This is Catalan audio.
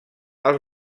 els